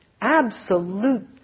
absolute